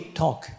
talk